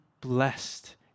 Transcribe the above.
blessed